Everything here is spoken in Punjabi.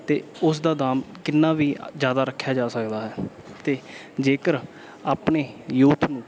ਅਤੇ ਉਸ ਦਾ ਦਾਮ ਕਿੰਨਾ ਵੀ ਜ਼ਿਆਦਾ ਰੱਖਿਆ ਜਾ ਸਕਦਾ ਹੈ ਅਤੇ ਜੇਕਰ ਆਪਣੇ ਯੂਥ ਨੂੰ